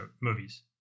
movies